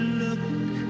look